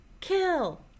kill